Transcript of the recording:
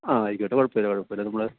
ആ ആയിക്കോട്ടെ കുഴപ്പമില്ല കുഴപ്പമില്ല നമ്മൾ